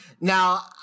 Now